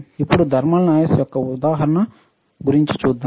ఇప్పుడు thermal noise యొక్క ఉదాహరణ గురించి చూద్దాం